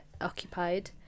occupied